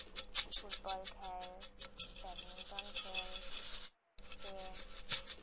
football ᱠᱷᱮᱞ badminton ᱠᱷᱮᱞ ᱥᱮ